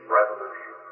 revolution